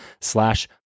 slash